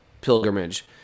pilgrimage